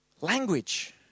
Language